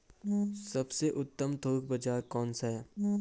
सबसे उत्तम थोक बाज़ार कौन सा है?